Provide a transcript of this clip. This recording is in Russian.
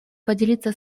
поделиться